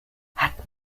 hat